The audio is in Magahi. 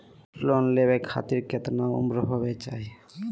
लोन लेवे खातिर केतना उम्र होवे चाही?